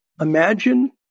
Imagine